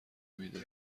میده